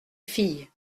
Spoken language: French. fille